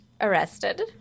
arrested